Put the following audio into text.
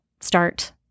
start